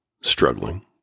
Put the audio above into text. struggling